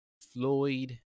Floyd